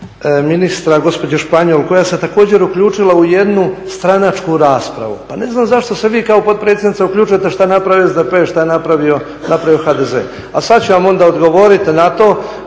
ministra gospođe Španjol koja se također uključila u jednu stranačku raspravu. Pa ne znam zašto se vi kao potpredsjednica uključujete što je napravio SDP, što je napravio HDZ. Ali sad ću vam onda odgovoriti na to,